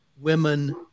women